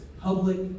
public